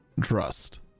trust